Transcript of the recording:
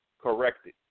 corrected